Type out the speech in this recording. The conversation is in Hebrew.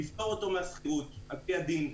לפטור אותו מהשכירות על פי הדין.